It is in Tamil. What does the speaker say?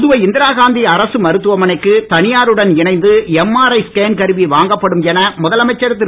புதுவை இந்திராகாந்தி அரசு மருத்துவமனைக்கு தனியாருடன் இணைந்து எம்ஆர்ஐ ஸ்கேன் கருவி வாங்கப்படும் என முதலமைச்சர் திரு